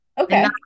okay